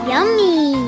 Yummy